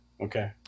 Okay